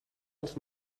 els